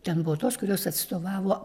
ten buvo tos kurios atstovavo